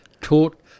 taught